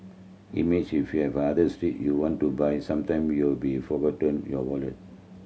imagine if you're the street you want to buy something will be forgotten your wallet